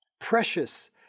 Precious